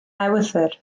ewythr